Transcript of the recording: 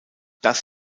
das